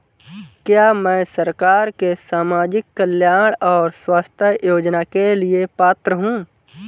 क्या मैं सरकार के सामाजिक कल्याण और स्वास्थ्य योजना के लिए पात्र हूं?